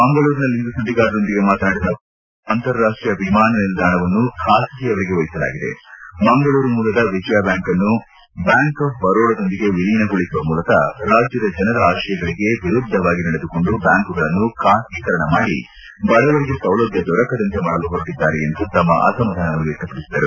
ಮಂಗಳೂರಿನಲ್ಲಿಂದು ಸುದ್ದಿಗಾರರೊಂದಿಗೆ ಮಾತನಾಡಿದ ಅವರು ಮಂಗಳೂರು ಅಂತಾರಾಷ್ಷೀಯ ವಿಮಾನ ನಿಲ್ದಾಣವನ್ನು ಖಾಸಗಿಯವರಿಗೆ ವಹಿಸಲಾಗಿದೆ ಮಂಗಳೂರು ಮೂಲದ ವಿಜಯಬ್ಕಾಂಕ್ನ್ನು ಬ್ಕಾಂಕ್ ಆಫ್ ಬರೋಡದೊಂದಿಗೆ ವಿಲೀನಗೊಳಿಸುವ ಮೂಲಕ ರಾಜ್ಯದ ಜನರ ಆಶಯಗಳಿಗೆ ವಿರುದ್ಧವಾಗಿ ನಡೆದುಕೊಂಡು ಬ್ಯಾಂಕ್ಗಳನ್ನು ಖಾಸಗೀಕರಣ ಮಾಡಿ ಬಡವರಿಗೆ ಸೌಲಭ್ಯ ದೊರಕದಂತೆ ಮಾಡಲು ಹೊರಟಿದ್ದಾರೆ ಎಂದು ಅಸಮಾಧಾನ ವ್ಯಕ್ತಪಡಿಸಿದರು